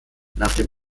nach